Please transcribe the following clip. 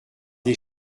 des